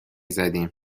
زدیم